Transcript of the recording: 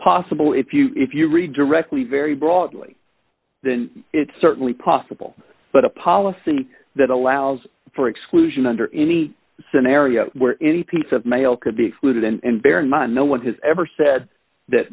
possible if you if you read directly very broadly then it's certainly possible but a policy that allows for exclusion under any scenario where any piece of mail could be looted and bear in mind no one has ever said that